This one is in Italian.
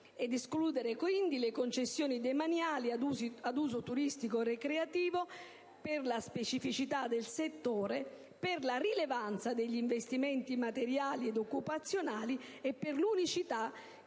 ad escludere le concessioni demaniali ad uso turistico-ricreativo, in virtù della specificità del settore, della rilevanza degli investimenti materiali ed occupazionali e dell'unicità